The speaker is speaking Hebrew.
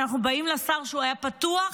כשאנחנו באים לשר שהיה פתוח,